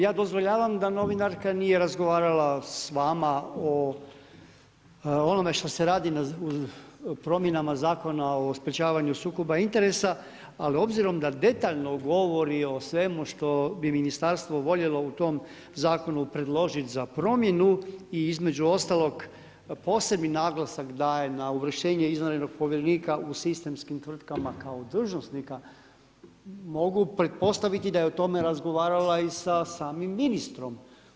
Ja dozvoljavam da novinarka nije razgovarala s vama o onome što se radi na promjenama Zakona o sprečavanju sukoba interesa, ali obzirom da detaljno govori o svemu što bi ministarstvo voljelo u tom zakonu predložiti za promjenu i između ostalog posebni naglasak daje na uvrštenje izvanrednog povjerenika u sistemskim tvrtkama kao dužnosnika mogu pretpostaviti da je o tome razgovarala i sa samim ministrom.